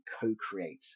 co-create